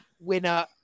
winner